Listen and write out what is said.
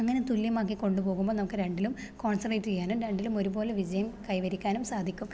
അങ്ങനെ തുല്യമാക്കി കൊണ്ടുപോകുമ്പോൾ നമുക്ക് രണ്ടിലും കോൺസെൻട്രേറ്റ് ചെയ്യാനും രണ്ടിലും ഒരുപോലെ വിജയം കൈവരിക്കാനും സാധിക്കും